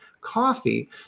coffee